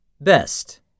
Best